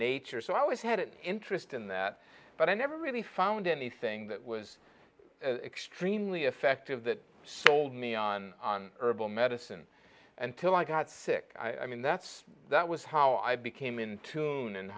nature so i always had an interest in that but i never really found anything that was extremely effective that sold me on herbal medicine until i got sick i mean that's that was how i became in tune and